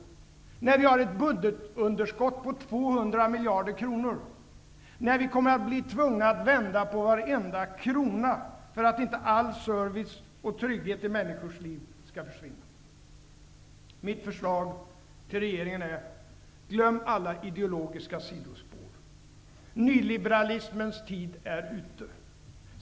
Det gör den när vi har ett budgetunderskott på 200 miljarder kronor och kommer att bli tvungna att vända på varenda krona för att inte all service och trygghet i människors liv skall försvinna! Mitt förslag till regeringen är: Glöm alla ideologiska sidospår. Nyliberalismens tid är ute.